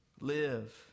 live